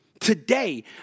today